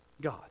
God